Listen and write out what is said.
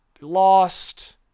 lost